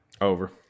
Over